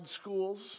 Schools